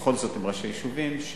אבל ראשי יישובים.